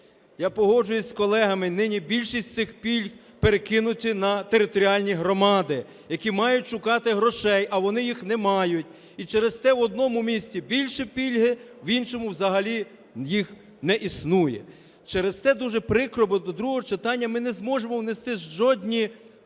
Я погоджуюсь з колегами, нині більшість цих пільг перекинуті на територіальні громади, які мають шукати грошей, а вони їх не мають. І через те в одному місті більші пільги, в іншому взагалі їх не існує. Через те дуже прикро, бо до другого читання ми не зможемо внести жодні